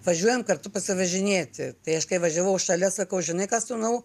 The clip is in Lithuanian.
važiuojam kartu pasivažinėti tai aš kai važiavau šalia sakau žinai ką sūnau